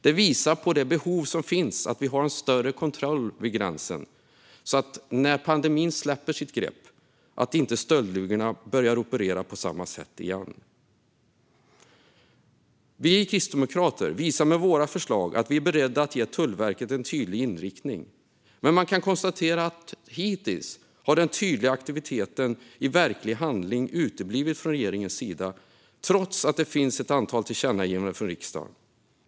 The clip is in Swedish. Det visar på det behov som finns av en större kontroll vid gränsen så att stöldligorna inte börjar operera på samma sätt igen när pandemin släpper sitt grepp. Vi kristdemokrater visar med våra förslag att vi är beredda att ge Tullverket en tydlig inriktning, men man kan konstatera att hittills har den tydliga aktiviteten i verklig handling uteblivit från regeringens sida, trots att det finns ett antal tillkännagivanden från riksdagen.